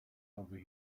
over